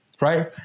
right